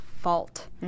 fault